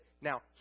now